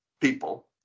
people